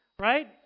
Right